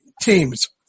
teams